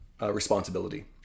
responsibility